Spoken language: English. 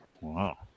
Wow